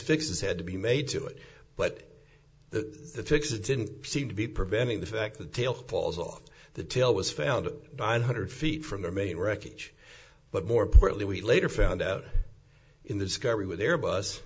fixes had to be made to it but the fixes didn't seem to be preventing the fact that tail falls off the tail was found nine hundred feet from the main wreckage but more importantly we later found out in the discovery with their bus